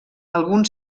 algun